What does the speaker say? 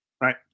Right